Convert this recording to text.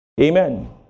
Amen